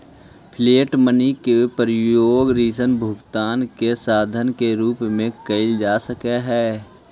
fiat money के प्रयोग ऋण भुगतान के साधन के रूप में कईल जा सकऽ हई